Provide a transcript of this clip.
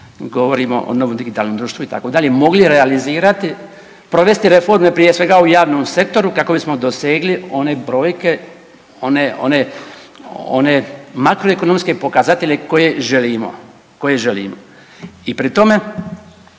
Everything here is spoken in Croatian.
govorimo o novom digitalnom društvu itd. mogli realizirati, provesti reforme prije svega u javnom sektoru kako bismo dosegli one brojke, one makroekonomske pokazatelje koje želimo. I pri tome